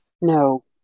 No